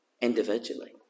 Individually